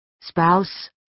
spouse